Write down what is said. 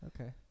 Okay